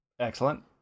excellent